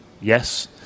Yes